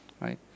Right